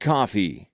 Coffee